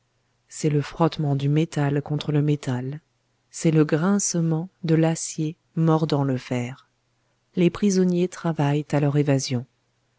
c'est le frottement du métal contre le métal c'est le grincement de l'acier mordant le fer les prisonniers travaillent à leur évasion